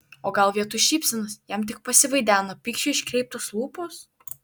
o gal vietoj šypsenos jam tik pasivaideno pykčio iškreiptos lūpos